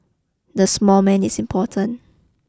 the small man is important